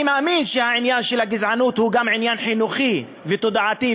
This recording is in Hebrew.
אני מאמין שהעניין של הגזענות הוא גם עניין חינוכי ותודעתי,